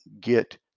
get